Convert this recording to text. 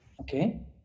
Okay